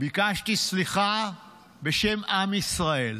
ביקשתי סליחה בשם עם ישראל.